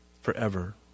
Forever